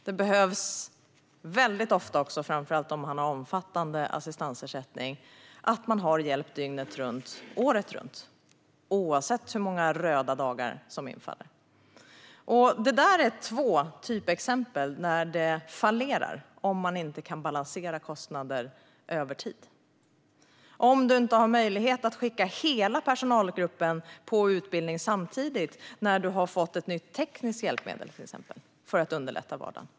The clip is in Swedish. Ofta behöver man också, framför allt om man har omfattande assistansersättning, hjälp dygnet runt, året runt - oavsett hur många röda dagar som infaller. Detta är två typexempel på att det fallerar om man inte kan balansera kostnader över tid. Du kanske inte har möjlighet att skicka hela personalgruppen på utbildning samtidigt när du till exempel har fått ett nytt tekniskt hjälpmedel för att underlätta vardagen.